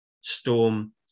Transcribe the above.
Storm